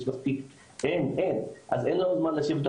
אין לנו זמן,